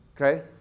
Okay